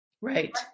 Right